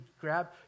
Grab